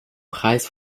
preis